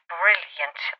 brilliant